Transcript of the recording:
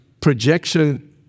projection